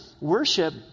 worship